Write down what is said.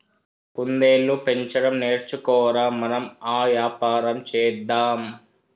కుందేళ్లు పెంచడం నేర్చుకో ర, మనం ఆ వ్యాపారం చేద్దాం